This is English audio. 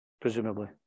Presumably